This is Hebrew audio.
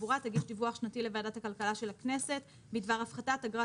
התחבורה תגיש דיווח שנתי לוועדת הכלכלה של הכנסת בדבר הפחתת אגרת